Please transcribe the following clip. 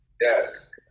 Yes